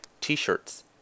t-shirts